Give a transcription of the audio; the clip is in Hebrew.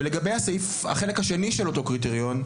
ולגבי החלק השני של אותו קריטריון,